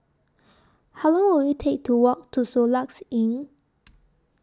How Long Will IT Take to Walk to Soluxe Inn